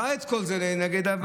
הוא ראה את כל זה לנגד עיניו,